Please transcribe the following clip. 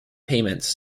payments